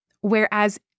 Whereas